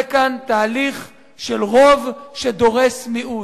יהיה כאן תהליך של רוב שדורס מיעוט.